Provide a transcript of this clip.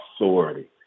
authority